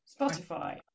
Spotify